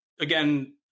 again